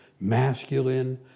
masculine